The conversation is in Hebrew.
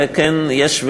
בית-כנסת,